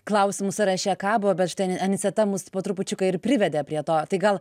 klausimų sąraše kabo bet štai ani aniceta mus po trupučiuką ir privedė prie to tai gal